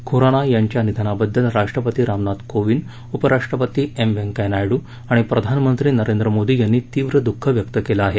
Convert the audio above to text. खुराना यांच्या निधनाबद्दल राष्ट्रपती रामनाथ कोविंद उपराष्ट्रपती एम वैंकय्या नायडू आणि प्रधानमंत्री नरेंद्र मोदी यांनी तीव्र दुःख व्यक्त केलं आहे